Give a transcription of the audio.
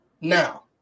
Now